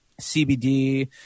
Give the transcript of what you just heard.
CBD